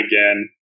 again